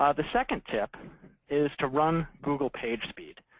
ah the second tip is to run google pagespeed.